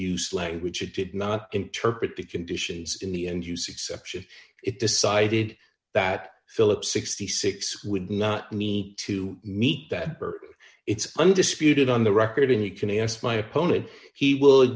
use language it did not interpret the conditions in the end use exception it decided that phillip sixty six would not need to meet that burden it's undisputed on the record and he can ask my opponent he w